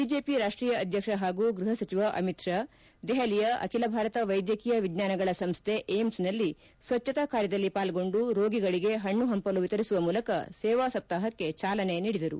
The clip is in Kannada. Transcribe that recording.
ಬಿಜೆಪಿ ರಾಷ್ಟೀಯ ಅಧ್ಯಕ್ಷ ಹಾಗೂ ಗೃಹ ಸಚಿವ ಅಮಿತ್ ಷಾ ದೆಹಲಿಯ ಅಖಿಲ ಭಾರತ ವೈದ್ಯಕೀಯ ವಿಜ್ಞಾನಗಳ ಸಂಸ್ಥೆ ವಿಮ್ಸನಲ್ಲಿ ಸ್ವಜ್ವಕಾ ಕಾರ್ಯದಲ್ಲಿ ಪಾಲ್ಗೊಂಡು ರೋಗಿಗಳಿಗೆ ಹಣ್ಣು ಪಂಪಲು ವಿತರಿಸುವ ಮೂಲಕ ಸೇವಾ ಸಪ್ತಾಪಕ್ಕೆ ಚಾಲನೆ ನೀಡಿದರು